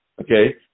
okay